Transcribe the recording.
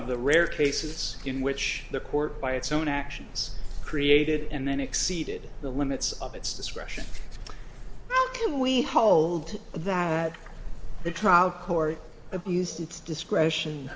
of the rare cases in which the court by its own actions created and then exceeded the limits of its discretion how can we hold that the trial court abused its discretion